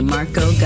Marco